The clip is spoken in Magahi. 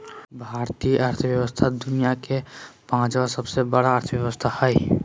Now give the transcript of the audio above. भारतीय अर्थव्यवस्था दुनिया के पाँचवा सबसे बड़ा अर्थव्यवस्था हय